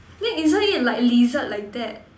then isn't it like lizard like that